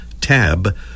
tab